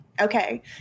Okay